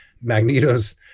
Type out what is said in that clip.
magneto's